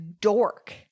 dork